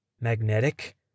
Magnetic